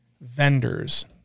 vendors